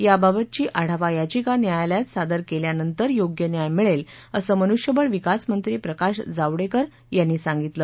याबाबतची आढावा याचिका न्यायालयात सादर केल्यानंतर योग्य न्याय मिळेल असं मनुष्यबळ विकास मंत्री प्रकाश जावडेकर यांनी उत्तरात सांगितलं